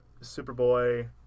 Superboy